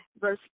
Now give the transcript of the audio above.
verse